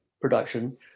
production